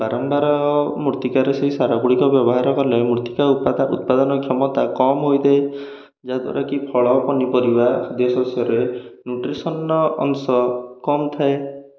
ବାରମ୍ବାର ମୂର୍ତ୍ତିକାରେ ସେଇ ସାରଗୁଡ଼ିକ ବ୍ୟବହାର କଲେ ମୂର୍ତ୍ତିକା ଉତ୍ପାଦନ କ୍ଷମତା କମ୍ ହୋଇଥାଏ ଯାହାଦ୍ୱାରା କି ଫଳ ପନିପରିବା ଖାଦ୍ୟ ଶସ୍ୟରେ ନ୍ୟୁଟ୍ରିସନ ଅଂଶ କମିଯାଏ